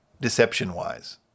deception-wise